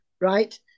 right